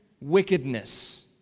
wickedness